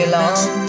long